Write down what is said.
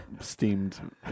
steamed